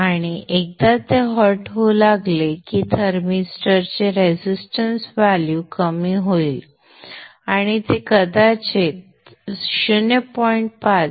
आणि एकदा ते हॉट होऊ लागले की थर्मिस्टरचे रेझिस्टन्स व्हॅल्यू कमी होईल आणि ते कदाचित 0